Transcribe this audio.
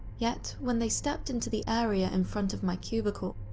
yet, when they stepped into the area in front of my cubicle,